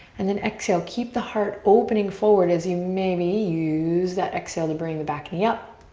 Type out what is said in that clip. and then exhale. keep the heart opening forward as you maybe use that exhale to bring the back knee up.